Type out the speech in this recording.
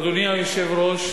אדוני היושב-ראש,